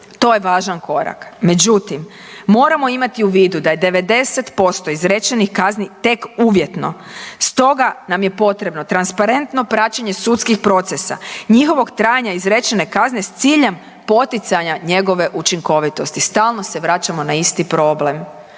to je važan korak, međutim moramo imati u vidu da je 90% izrečenih kazni tek uvjetno. Stoga nam je potrebno transparentno praćenje sudskih procesa, njihovog trajanja izrečene kazne s ciljem poticanja njegove učinkovitosti. Stalno se vraćamo na isti problem,